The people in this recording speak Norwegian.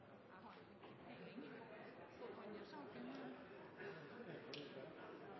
Jeg har ikke noe behov for